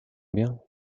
bien